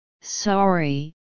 sorry